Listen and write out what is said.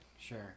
Sure